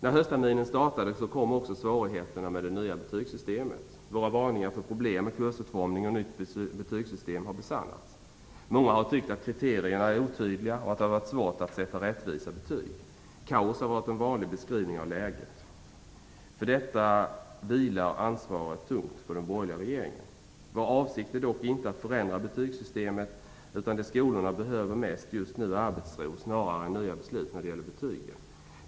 När höstterminen startade kom också svårigheterna med det nya betygssystemet. Våra varningar för problem med kursutformning och nytt betygssystem har besannats. Många har tyckt att kriterierna är otydliga och att det varit svårt att sätta rättvisa betyg. Ord som kaos har använts som en vanlig beskrivning av läget. För detta vilar ansvaret tungt på den borgerliga regeringen. Vår avsikt är dock inte att förändra betygssystemet, utan det skolorna behöver mest just nu är arbetsro, snarare än nya beslut, när det gäller betygen.